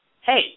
hey